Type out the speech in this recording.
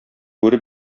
бүре